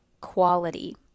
quality